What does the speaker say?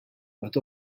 but